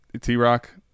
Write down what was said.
T-Rock